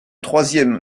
troisième